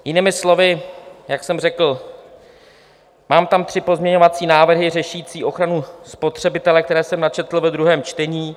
Jinými slovy, jak jsem řekl, mám tam tři pozměňovací návrhy řešící ochranu spotřebitele, které jsem načetl ve druhém čtení.